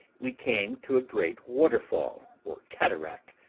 we came to a great waterfall or cataract,